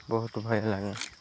ବହୁତ ଭୟ ଲାଗେ